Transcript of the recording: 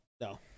no